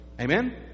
Amen